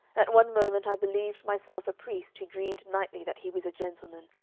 at one moment i believed myself a priest who dreamed nightly that he was a gentleman,